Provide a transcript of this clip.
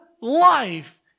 life